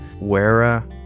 Wera